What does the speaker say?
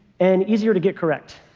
and easier to get correct.